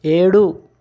ఏడు